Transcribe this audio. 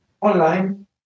online